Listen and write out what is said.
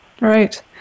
right